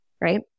right